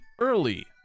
early